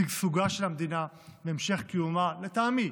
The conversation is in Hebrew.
שגשוגה של המדינה והמשך קיומה, לטעמי,